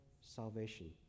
salvation